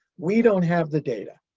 we don't have the data,